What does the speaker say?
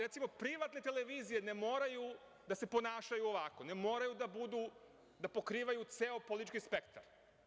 Recimo, privatne televizije ne moraju da se ponašaju ovako, ne moraju da pokrivaju ceo politički spektar.